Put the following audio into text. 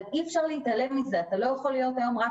אבל אי אפשר להתעלם מזה, במיוחד